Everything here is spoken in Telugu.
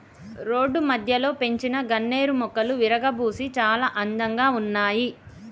రోడ్డు మధ్యలో పెంచిన గన్నేరు మొక్కలు విరగబూసి చాలా అందంగా ఉన్నాయి